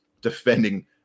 defending